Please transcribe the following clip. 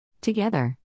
Together